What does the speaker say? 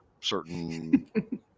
certain